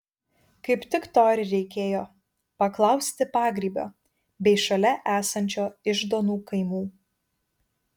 kaip tik to ir reikėjo paklausti pagrybio bei šalia esančio iždonų kaimų